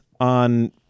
on